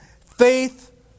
Faith